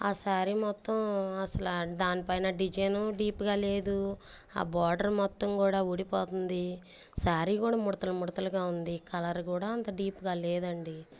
ఆ శారీ మొత్తం అసల దాని పైన డిజైను డీప్గా లేదు ఆ బార్డర్ మొత్తం కూడా ఊడిపోతుంది శారీ కూడా ముడతలు ముడతలుగా ఉంది కలర్ కూడా అంత డీప్గా లేదండి